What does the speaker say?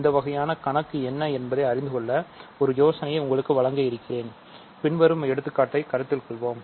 இந்த வகையான கணக்கு என்ன என்பதை அறிந்துகொள்ள ஒரு யோசனையை உங்களுக்கு வழங்க இருக்கிறேன் பின்வரும் எடுத்துக்காட்டைக் கருத்தில் கொள்வோம்